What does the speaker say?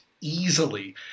easily